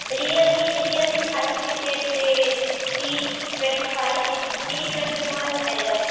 Realme Realme five G set जे C twenty five C twenty one अयलै